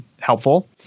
helpful